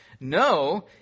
No